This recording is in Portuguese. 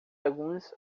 alguns